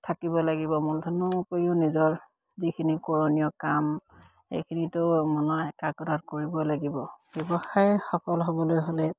থাকিব লাগিব মূলধনৰৰ উপৰিও নিজৰ যিখিনি কৰৰণীয় কাম সেইখিনিতো কৰিব লাগিব ব্যৱসায় সফল হ'বলৈ হ'লে